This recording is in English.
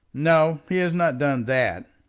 no he has not done that.